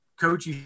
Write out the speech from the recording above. Coach